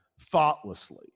thoughtlessly